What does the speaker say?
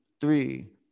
three